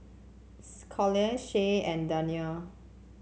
Callum Shae and Dania